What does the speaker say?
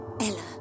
Ella